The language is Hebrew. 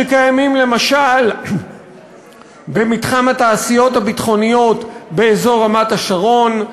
שקיימים למשל במתחם התעשיות הביטחוניות באזור רמת-השרון.